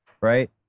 right